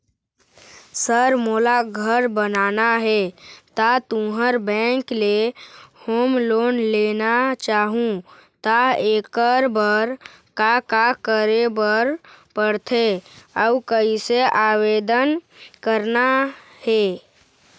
Sir मोला घर बनाना हे ता तुंहर बैंक ले होम लोन लेना चाहूँ ता एकर बर का का करे बर पड़थे अउ कइसे आवेदन करना हे?